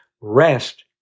Rest